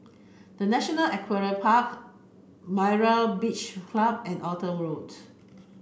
the National Equestrian Park Myra Beach Club and Arthur Road